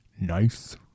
Nice